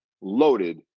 loaded